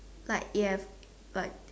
like ya but